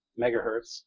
megahertz